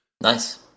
Nice